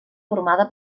formada